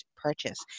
purchase